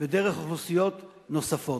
ודרך אוכלוסיות נוספות.